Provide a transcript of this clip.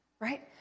right